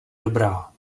dobrá